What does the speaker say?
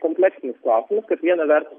kompleksinis klausimas kad viena vertus